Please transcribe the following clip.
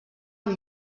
amb